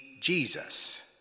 Jesus